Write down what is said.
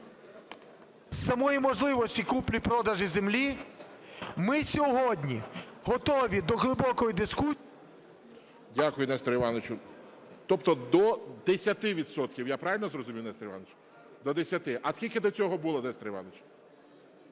самої можливості куплі-продажу землі, ми сьогодні готові до глибокої дискусії… ГОЛОВУЮЧИЙ. Дякую, Несторе Івановичу. Тобто до 10 відсотків. Я правильно зрозумів, Нестор Іванович? До 10. А скільки до цього було, Несторе Івановичу?